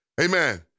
Amen